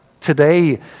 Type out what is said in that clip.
Today